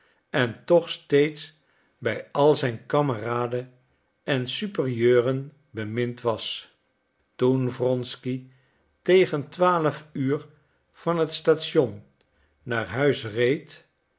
en toch steeds bij al zijn kameraden en superieuren bemind was toen wronsky tegen twaalf uur van het station naar huis reed